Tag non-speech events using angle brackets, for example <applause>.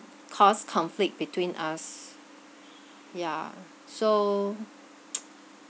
cause conflict between us ya so <noise>